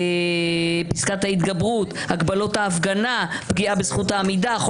פסקת ההתגברות; הגבלות ההפגנה; פגיעה בזכות העמידה,